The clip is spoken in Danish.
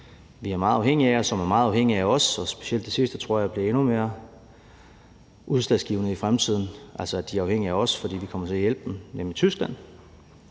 som er meget afhængige af os, og specielt det sidste tror jeg bliver endnu mere udslagsgivende i fremtiden, altså at de er afhængige af os, fordi vi kommer til at hjælpe dem, er Tyskland,